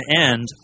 end